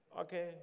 okay